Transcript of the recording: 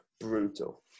brutal